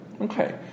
Okay